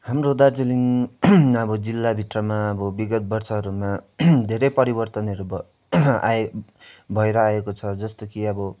हाम्रो दार्जिलिङ अब जिल्ला भित्रमा अब विगत वर्षहरूमा धेरै परिवर्तनहरू भए आए भएर आएको छ जस्तो कि अब